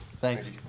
Thanks